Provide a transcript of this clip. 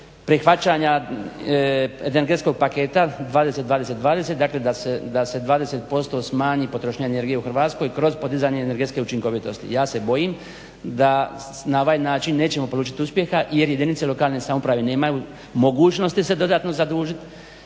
prihvaćanja energetskog paketa 202020, dakle da se 20% smanji potrošnja energije u Hrvatskoj kroz podizanje energetske učinkovitosti. Ja se bojim da na ovaj način nećemo polučiti uspjeha jer jedinice lokalne samouprave nemaju mogućnosti se dodatno zadužiti